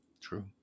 True